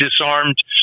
disarmed